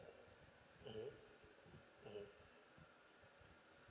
mmhmm mmhmm